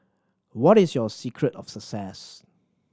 what is your secret of success